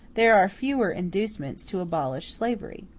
there are fewer inducements to abolish slavery.